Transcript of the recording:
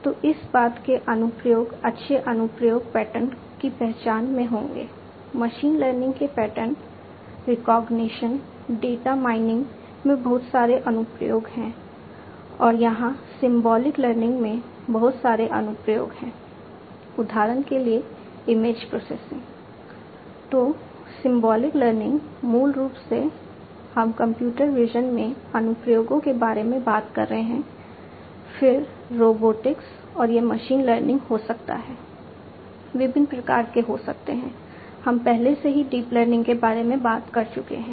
तो इस बात के अनुप्रयोग अच्छे अनुप्रयोग पैटर्न की पहचान में होंगे मशीन लर्निंग के पैटर्न रिकॉग्निशन डेटा माइनिंग में बहुत सारे अनुप्रयोग हैं और यहाँ सिंबोलिक लर्निंग मूल रूप से हम कंप्यूटर विज़न में अनुप्रयोगों के बारे में बात कर रहे हैं फिर रोबोटिक्स और यह मशीन लर्निंग हो सकता है विभिन्न प्रकार के हो सकते हैं हम पहले से ही डीप लर्निंग के बारे में बात कर चुके हैं